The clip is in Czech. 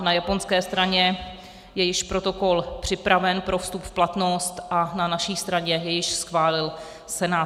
Na japonské straně je již protokol připraven pro vstup v platnost a na naší straně ji již schválil Senát.